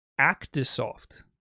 Actisoft